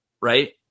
right